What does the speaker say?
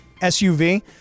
SUV